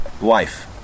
Wife